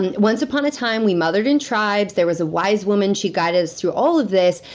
and once upon a time, we mothered in tribes. there was a wise woman, she guided us through all of this.